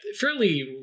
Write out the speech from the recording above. fairly